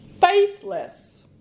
Faithless